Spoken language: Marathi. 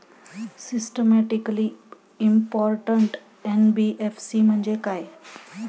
सिस्टमॅटिकली इंपॉर्टंट एन.बी.एफ.सी म्हणजे काय?